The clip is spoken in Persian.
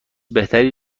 بهتری